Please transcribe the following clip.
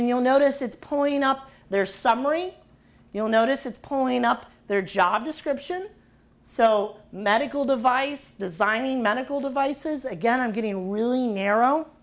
and you'll notice it's pointing up their summary you'll notice it's pulling up their job description so medical device designing medical devices again and getting really narrow